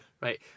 Right